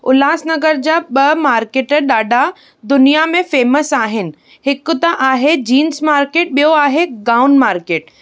उल्हास नगर जा ॿ मार्केट ॾाढा दुनियां में फेमस आहिनि हिकु त आहे जींस मार्केट ॿियो आहे गाउन मार्केट